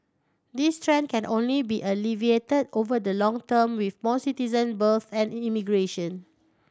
this trend can only be alleviated over the longer term with more citizen births and immigration